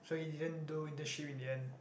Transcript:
so you didn't do internship in the end